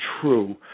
true